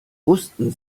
wussten